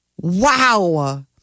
wow